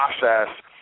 process